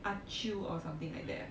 ah chew or something like that